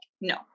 no